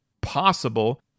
possible